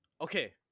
Okay